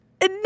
No